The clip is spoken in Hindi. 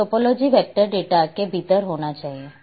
तो टोपोलॉजी वेक्टर डेटा के भीतर होना चाहिए